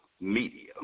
media